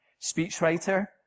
speechwriter